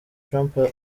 trump